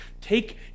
take